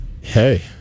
Hey